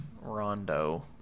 rondo